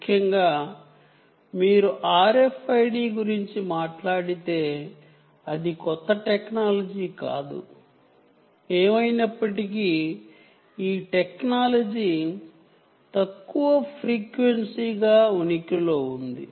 ముఖ్యంగా మీరు RFID గురించి మాట్లాడితే అది కొత్త టెక్నాలజీ కాదు ఏమైనప్పటికీ ఈ టెక్నాలజీ తక్కువ గా వాడుక లో ఉంది